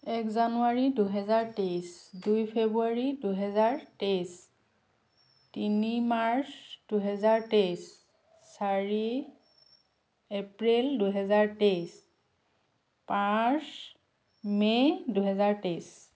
এক জানুৱাৰী দুহেজাৰ তেইছ দুই ফেব্ৰুৱাৰী দুহেজাৰ তেইছ তিনি মাৰ্চ দুহেজাৰ তেইছ চাৰি এপ্ৰিল দুহেজাৰ তেইছ পাঁচ মে' দুহেজাৰ তেইছ